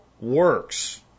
works